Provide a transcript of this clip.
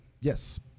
Yes